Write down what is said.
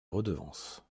redevances